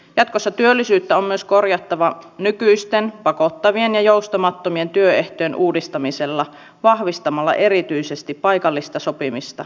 jatkossa työllisyyttä on myös korjattava nykyisten pakottavien ja joustamattomien työehtojen uudistamisella vahvistamalla erityisesti paikallista sopimista